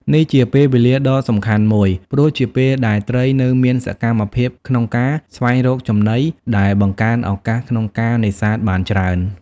នេះជាពេលវេលាដ៏សំខាន់មួយ ព្រោះជាពេលដែលត្រីនៅមានសកម្មភាពក្នុងការស្វែងរកចំណី ដែលបង្កើនឱកាសក្នុងការនេសាទបានច្រើន។